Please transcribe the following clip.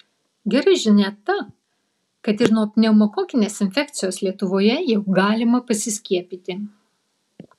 gera žinia ta kad ir nuo pneumokokinės infekcijos lietuvoje jau galima pasiskiepyti